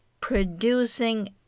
producing